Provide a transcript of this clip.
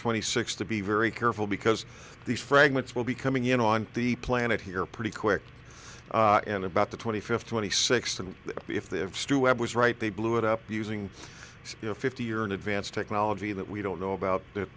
twenty six to be very careful because these fragments will be coming in on the planet here pretty quick and about the twenty fifth twenty sixth and if they have stuart was right they blew it up using you know fifty years in advance technology that we don't know about that